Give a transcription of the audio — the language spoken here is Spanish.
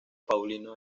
paulino